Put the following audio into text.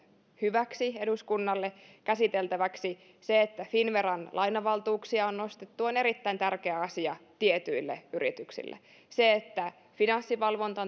hyväksi eduskunnalle käsiteltäväksi se että finnveran lainavaltuuksia on nostettu on erittäin tärkeä asia tietyille yrityksille se että finanssivalvonta